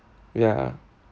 ya